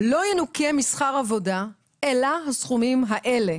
לא ינוכה משכר עבודה אלא הסכומים האלה,